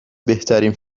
بهترین